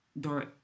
door